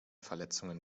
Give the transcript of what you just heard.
verletzungen